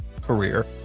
career